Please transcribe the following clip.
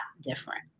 different